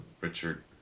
Richard